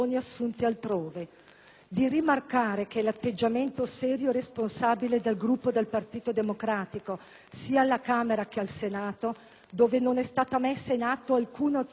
rimarcare che l'atteggiamento serio e responsabile del Gruppo del Partito Democratico, sia alla Camera che al Senato - dove non è stata messa in atto alcuna azione ostruzionistica,